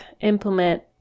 implement